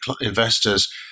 investors